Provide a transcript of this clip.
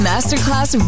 Masterclass